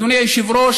אדוני היושב-ראש,